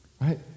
Right